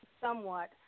somewhat